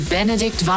Benedict